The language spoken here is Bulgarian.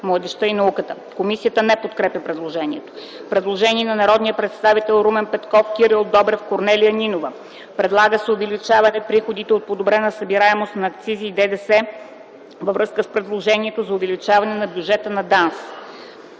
младежта и науката. Комисията не подкрепя предложението. Предложение на народните представители Румен Петков, Кирил Добрев, Корнелия Нинова: Предлага се увеличаване приходите от подобрена събираемост на акцизи и ДДС във връзка с предложението за увеличение на бюджета на ДАНС.